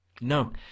No